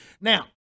Now